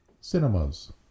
Cinemas